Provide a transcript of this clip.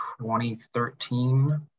2013